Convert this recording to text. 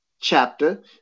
chapter